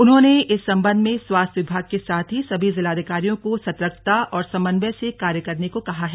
उन्होंने इस सम्बन्ध में स्वास्थ्य विभाग के साथ ही सभी जिलाधिकारियों को सर्तकता और समन्वय से कार्य करने को कहा है